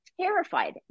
terrified